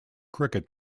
cricket